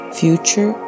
future